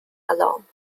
along